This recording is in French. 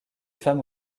femmes